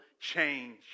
change